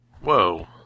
Whoa